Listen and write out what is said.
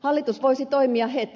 hallitus voisi toimia heti